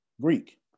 Greek